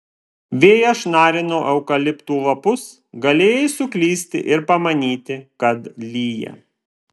vėjas šnarino eukaliptų lapus galėjai suklysti ir pamanyti kad lyja